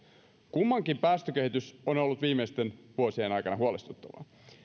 kummankin päästökehitys on ollut viimeisten vuosien aikana huolestuttavaa